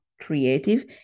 creative